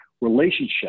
relationship